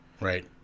right